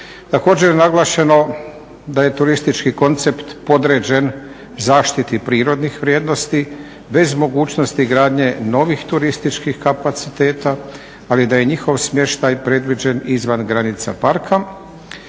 Također je naglašeno da je turistički koncept podređen zaštiti prirodnih vrijednosti, bez mogućnosti gradnje novih turističkih kapaciteta, ali da je njihov smještaj predviđen izvan granica parka